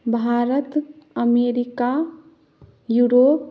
Bharat America Europe